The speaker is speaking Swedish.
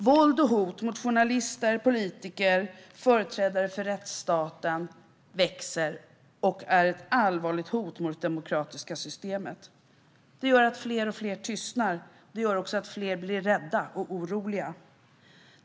Våld och hot om våld mot journalister, politiker och företrädare för rättsstaten växer. Det är ett allvarligt hot mot det demokratiska systemet. Det gör att fler och fler tystnar. Det gör också att fler blir rädda och oroliga.